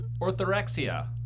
orthorexia